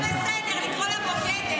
זה בסדר לקרוא לה "בוגדת"